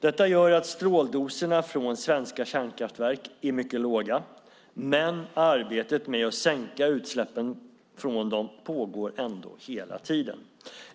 Detta gör att stråldoserna från svenska kärnkraftverk är mycket låga, men arbetet med att sänka utsläppen från dem pågår ändå hela tiden.